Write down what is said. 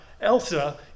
Elsa